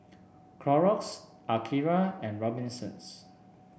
Clorox Akira and Robinsons